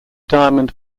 diamond